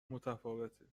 متفاوته